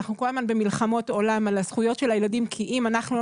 אנחנו כל הזמן במלחמות עולם על הזכויות של הילדים כי אם אנחנו לא